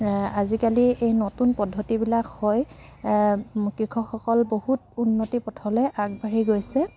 আজিকালি এই নতুন পদ্ধতিবিলাক হৈ কৃষকসকল বহুত উন্নতি পথলৈ আগবাঢ়ি গৈছে